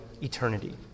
eternity